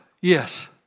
Yes